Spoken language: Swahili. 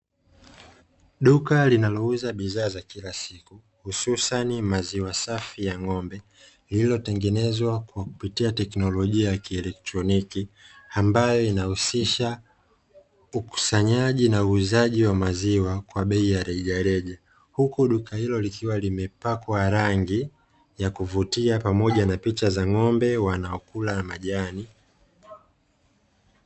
Duka linalouza bidhaa za kila siku hususani maziwa safi ya ng'ombe, lililotengenezwa kwa kupitia teknolojia ya kieletroniki, ambayo inahusisha ukusanyaji na uuzaji wa maziwa kwa bei ya rejareja, huku duka hilo likiwa limepakwa rangi ya kuvutia pamoja na picha za ng'ombe wanaokula majani.